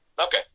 Okay